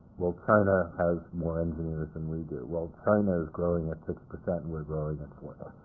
well, china has more engineers than we well, china is growing at six percent and we're growing at four.